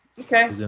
Okay